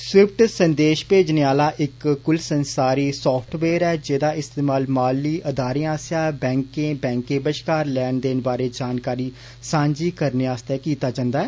ैॅप्थ्ज् संदेष भेजने आला इक कुल संसारी साफटवेयर ऐ जेदा इस्तेमाल मॉली अदारें आस्ेसआ बैंकें बैंके बष्कार लैन देन बारे जानकारी सांझी करने आस्ते कीता जंदा ऐ